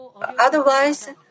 Otherwise